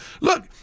Look